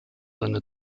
seine